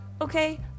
okay